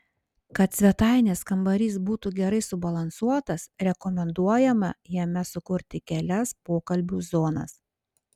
kad svetainės kambarys būtų gerai subalansuotas rekomenduojama jame sukurti kelias pokalbių zonas